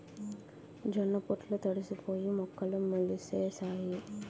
జొన్న పొట్లు తడిసిపోయి మొక్కలు మొలిసేసాయి